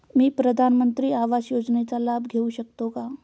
मी प्रधानमंत्री आवास योजनेचा लाभ घेऊ शकते का?